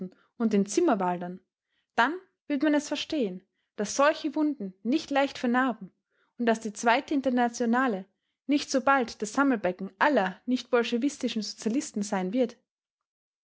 und den zimmerwaldern dann wird man es verstehen daß solche wunden nicht leicht vernarben und daß die zweite internationale nicht so bald das sammelbecken aller nichtbolschewistischen sozialisten sein wird